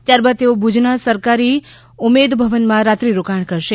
ત્યારબાદ તેઓ ભુજના સરકારી ઉમેદ ભવનમાં રાત્રીરોકાણ કરશે